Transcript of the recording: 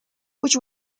which